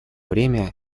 время